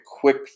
quick